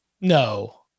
No